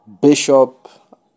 Bishop